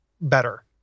better